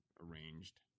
arranged